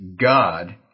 God